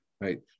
right